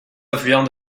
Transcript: affluent